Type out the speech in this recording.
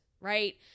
right